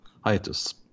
hiatus